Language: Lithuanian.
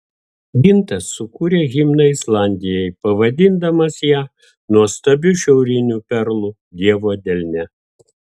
gintas sukūrė himną islandijai pavadindamas ją nuostabiu šiauriniu perlu dievo delne